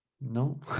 No